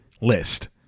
list